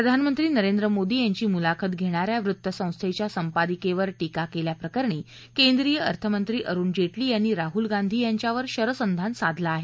प्रधानमंत्री नरेंद्र मोदी यांची मुलाखत घेणाऱ्या वृत्तसंस्थेच्या संपादिकेवर टीका केल्याप्रकरणी केंद्रीय अर्थमंत्री अरुण जेटली यांनी राहुल गांधी यांच्यावर शरसंधान साधलं आहे